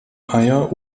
eier